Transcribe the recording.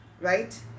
right